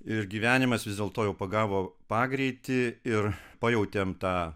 ir gyvenimas vis dėlto jau pagavo pagreitį ir pajautėm tą